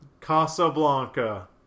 Casablanca